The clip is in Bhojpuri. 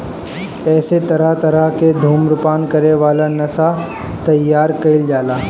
एसे तरह तरह के धुम्रपान करे वाला नशा तइयार कईल जाला